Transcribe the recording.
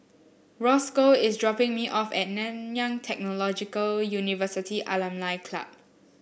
Rosco is dropping me off at Nanyang Technological University Alumni Club